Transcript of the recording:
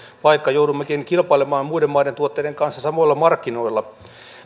vaikka joudummekin kilpailemaan muiden maiden tuotteiden kanssa samoilla markkinoilla